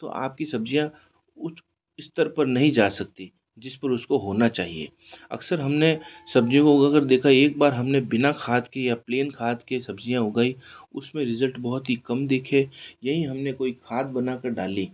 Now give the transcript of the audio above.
तो आपकी सब्जियाँ उच्च स्तर पर नहीं जा सकती जिस पर उसको होना चाहिए अक्सर हमने सब्जियों को उगा कर देखा एक बार हमने बिना खाद किया प्लेन खाद की सब्जियाँ उगाई उसमें रिज़ल्ट बहुत ही कम देख यही हमने कोई खाद बना कर डाली